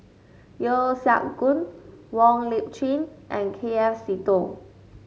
Yeo Siak Goon Wong Lip Chin and K F Seetoh